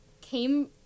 came